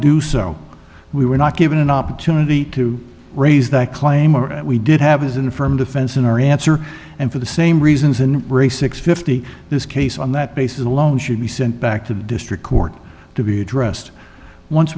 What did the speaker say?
do so we were not given an opportunity to raise that claim or we did have his infirm defense in our answer and for the same reasons in a six fifty this case on that basis alone should be sent back to the district court to be addressed once